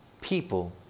people